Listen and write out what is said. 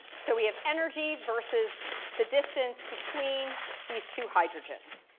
so we have energy versus the distance between these two hydrogens.